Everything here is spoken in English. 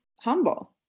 humble